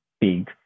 big